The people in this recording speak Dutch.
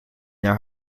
naar